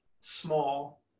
small